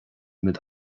muid